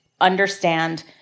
understand